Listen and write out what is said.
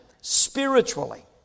spiritually